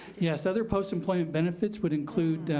yes, other post-employment benefits would include,